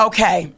Okay